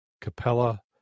Capella